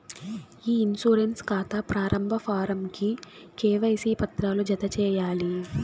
ఇ insurance కాతా ప్రారంబ form కి కేవైసీ పత్రాలు జత చేయాలి